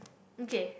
okay